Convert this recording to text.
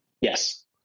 Yes